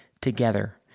together